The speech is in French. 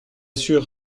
sûr